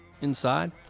inside